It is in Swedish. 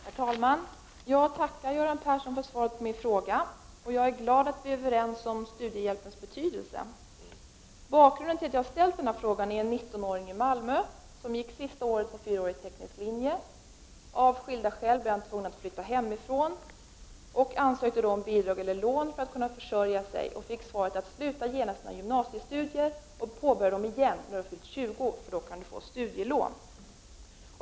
Herr talman! Jag tackar Göran Persson för svaret på min fråga. Jag är glad över att vi är överens om studiehjälpens betydelse. Bakgrunden till denna fråga är en 19-åring i Malmö, som gick sista året på fyraårig teknisk linje. Han blev av skilda skäl tvungen att flytta hemifrån och ansökte då om bidrag eller lån för att kunna försörja sig men fick svaret: Sluta genast dina gymnasiestudier och påbörja dem igen när du har fyllt 20 år, för då kan du få studielån.